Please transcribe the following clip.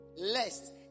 lest